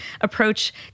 approach